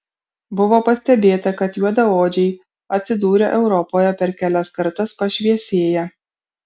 buvo pastebėta kad juodaodžiai atsidūrę europoje per kelias kartas pašviesėja